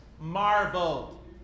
marveled